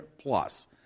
plus